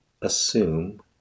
assume